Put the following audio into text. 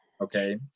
Okay